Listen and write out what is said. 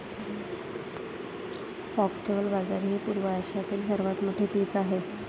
foxtail बाजरी हे पूर्व आशियातील दुसरे सर्वात मोठे पीक आहे